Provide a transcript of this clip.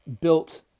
built